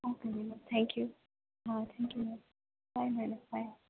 okay madam thank you હા thank you madam bye madam by